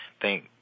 thank